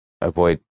avoid